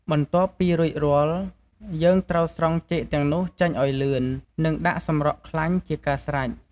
បន្ទាប់ពីរួចរាល់់ យើងត្រូវស្រង់ចេកទាំងនោះចេញឲ្យលឿន និង ដាក់សម្រក់ខ្លាញ់ជាការស្រេច។